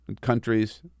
countries